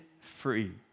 free